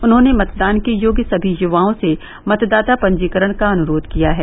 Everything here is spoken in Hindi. उन्होंने मतदान के योग्य सभी युवाओं से मतदाता पंजीकरण का अनुरोध किया है